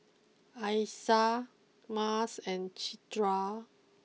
Aisyah Mas and Citra